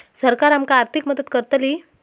सरकार आमका आर्थिक मदत करतली?